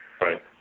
Right